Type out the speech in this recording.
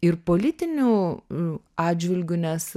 ir politiniu atžvilgiu nes